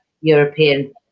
European